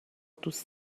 دوست